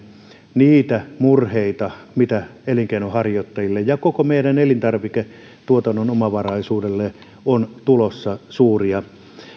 niitä murheita joita elinkeinonharjoittajille ja koko meidän elintarviketuotannon omavaraisuudelle on tulossa suuria